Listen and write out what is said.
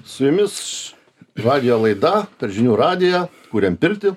su jumis radijo laida per žinių radiją kuriam pirtį